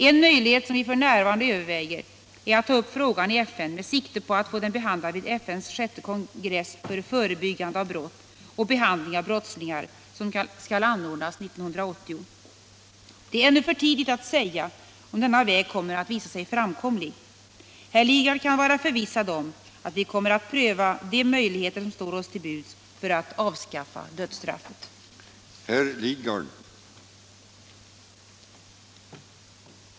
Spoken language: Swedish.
En möjlighet, som vi f.n. överväger, är att ta upp frågan i FN med sikte på att få den behandlad vid FN:s sjätte kongress för förebyggande av brott och behandling av brottslingar, som skall anordnas 1980. Det är ännu för tidigt att säga om denna väg kommer att visa sig framkomlig. Herr Lidgard kan vara förvissad om att vi kommer att pröva de möjligheter som står oss till buds för att avskaffa dödsstraffet.